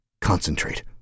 Concentrate